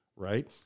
Right